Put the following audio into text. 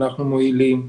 אנחנו מועילים,